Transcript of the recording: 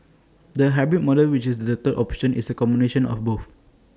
the hybrid model which is the third option is A combination of both